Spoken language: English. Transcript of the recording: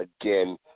again